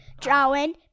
Drawing